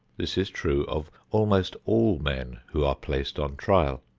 this is true of almost all men who are placed on trial.